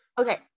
Okay